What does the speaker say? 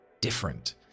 different